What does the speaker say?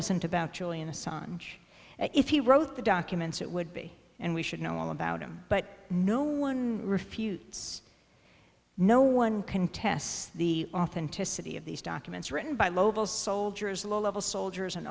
and if he wrote the documents it would be and we should know all about him but no one refutes no one can test the authenticity of these documents written by lobel soldiers low level soldiers and